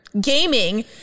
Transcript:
gaming